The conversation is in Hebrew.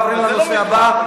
עוברים לנושא הבא.